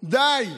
די.